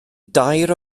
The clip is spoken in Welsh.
dair